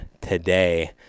today